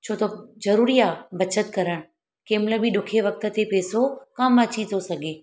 छो त ज़रूरी आ बचति करणु कंहिं महिल बि ॾुखे वक़्त ते पैसो कम अची थो सघे